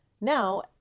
Now